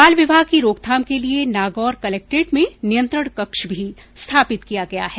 बाल विवाह की रोकथाम के लिए नागौर कलेक्ट्रेट में नियंत्रण कक्ष भी स्थापित किया गया है